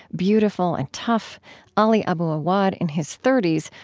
beautiful and tough ali abu awwad in his thirty s,